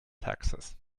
taxes